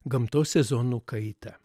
gamtos sezonų kaitą